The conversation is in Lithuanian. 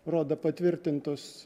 rodo patvirtintus